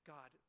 God